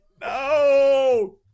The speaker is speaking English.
no